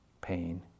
pain